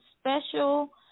Special